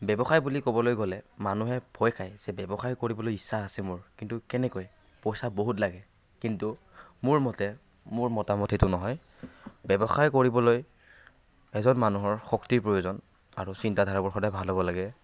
ব্যৱসায় বুলি ক'বলৈ গ'লে মানুহে ভয় খায় যে ব্যৱসায় কৰিবলৈ ইচ্ছা আছে মোৰ কিন্তু কেনেকৈ পইচা বহুত লাগে কিন্তু মোৰ মতে মোৰ মতামত সেইটো নহয় ব্যৱসায় কৰিবলৈ এজন মানুহৰ শক্তিৰ প্ৰয়োজন আৰু চিন্তা ধাৰাবোৰ সদায় ভাল হ'ব লাগে